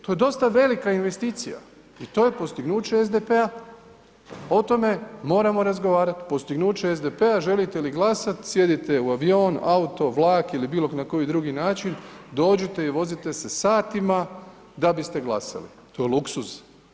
To je dosta velika investicija i to je postignuće SDP-a, o tome moramo razgovarati, postignuće SDP-a, želite li glasati sjednite u avion, auto, vlak ili bilo na koji drugi način dođite i vozite se satima da biste glasali, to je luksuz.